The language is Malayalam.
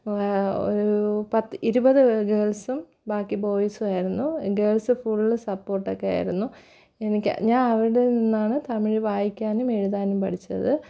ഒരു ഇരുപത് ഗേൾസും ബാക്കി ബോയ്സും ആയിരുന്നു ഗേൾസ് ഫുള് സപ്പോർട്ടൊക്കെ ആയിരുന്നു എനിക്ക് ഞാൻ അവിടെ നിന്നാണ് തമിഴ് വായിക്കാനും എഴുതാനും പഠിച്ചത്